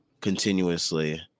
continuously